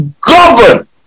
govern